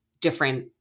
different